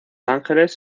ángeles